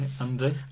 Andy